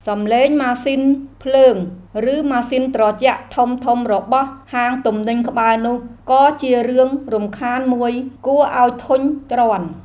សំឡេងម៉ាស៊ីនភ្លើង ឬម៉ាស៊ីនត្រជាក់ធំៗរបស់ហាងទំនិញក្បែរនោះក៏ជារឿងរំខានមួយគួរឱ្យធុញទ្រាន់។